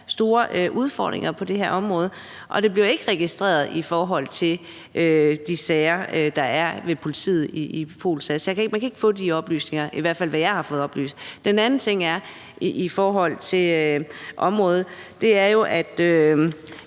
store udfordringer på det her område. Det bliver ikke registreret i de sager, der er ved politiet i POLSAS. Man kan ikke få de oplysninger, i hvert fald ikke, som jeg har fået det oplyst. Den anden ting på ældreområdet er jo, at